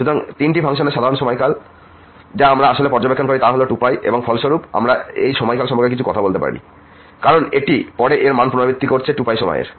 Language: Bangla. সুতরাং এই তিনটি ফাংশনের সাধারণ সময়কাল যা আমরা আসলে পর্যবেক্ষণ করি তা হল 2π এবং ফলস্বরূপ আমরাএর সময়কাল সম্পর্কে কিছু বলতে পারি fx কারণ এটিপরে এর মান পুনরাবৃত্তি করছে 2π সময়ের